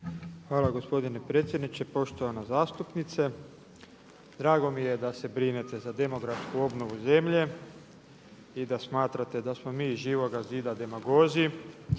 Hvala gospodine predsjedniče. Poštovana zastupnice, drago mi je da se brinete za demografsku obnovu zemlje i da smatrate da smo mi iz Živoga zida demagozi.